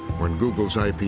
when google's i p